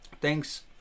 Thanks